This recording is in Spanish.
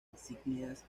insignias